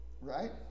Right